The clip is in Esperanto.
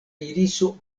iriso